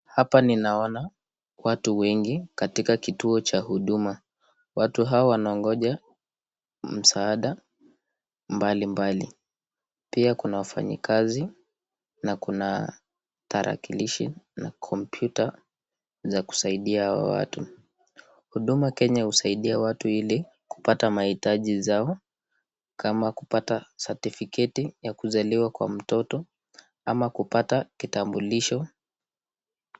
Hapa ninaona watu wengi katika kituo cha huduma. Watu hawa wanaongoja msaada mbalimbali pia kuna wafanyakazi na kuna tarakilishi na kompyuta za kusaidia hawa watu. Huduma Kenya husaidia watu ili kupata mahitaji zao kama kupata certificate ya kuzaliwa kwa mtoto ama kupata kitambulisho.